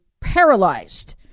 paralyzed